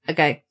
Okay